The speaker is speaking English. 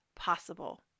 Possible